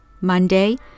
Monday